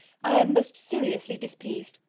i am most seriously displeased.